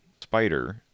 Spider